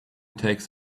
takes